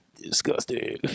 Disgusting